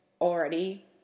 already